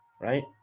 right